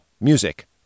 music